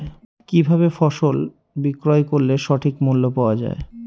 কি ভাবে ফসল বিক্রয় করলে সঠিক মূল্য পাওয়া য়ায়?